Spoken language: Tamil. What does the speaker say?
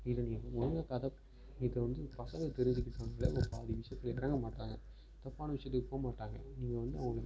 இதை நீங்கள் ஒழுங்கா இதை வந்து பசங்க தெரிஞ்சிக்குவாங்க ஆனால் பாதி விஷயத்தில் தப்பான விஷயத்துக்கு போகமாட்டாங்க இவங்க வந்து அவங்க